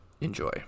enjoy